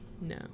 no